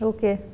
Okay